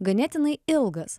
ganėtinai ilgas